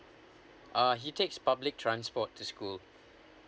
uh he takes public transport to school